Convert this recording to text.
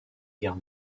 guerre